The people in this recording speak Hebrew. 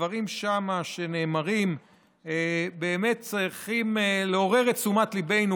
הדברים שנאמרים שם באמת צריכים לעורר את תשומת ליבנו